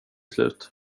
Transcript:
slut